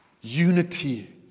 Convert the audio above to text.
Unity